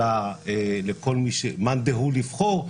או לכל מאן דהו לבחור,